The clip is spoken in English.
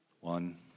One